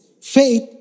faith